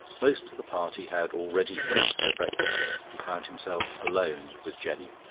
most of the party had already finished their breakfast. he found himself alone with jenny.